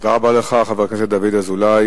תודה רבה לך, חבר הכנסת דוד אזולאי.